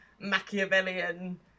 Machiavellian